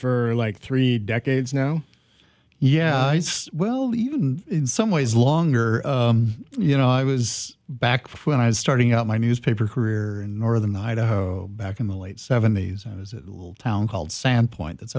for like three decades now yeah well even in some ways longer you know i was back when i was starting out my newspaper career in northern idaho back in the late seventies and it was a little town called